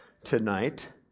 tonight